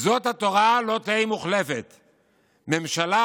"זאת התורה לא תהא מוחלפת"; ממשלה,